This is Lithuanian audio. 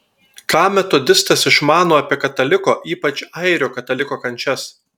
ką metodistas išmano apie kataliko ypač airio kataliko kančias